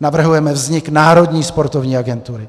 navrhujeme vznik Národní sportovní agentury.